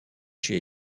chez